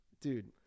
Dude